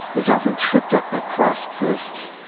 is often tripped up by cross-posts,